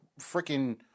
freaking